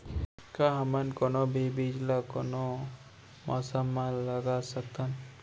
का हमन कोनो भी बीज ला कोनो मौसम म लगा सकथन?